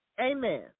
Amen